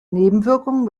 nebenwirkungen